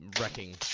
wrecking